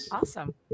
Awesome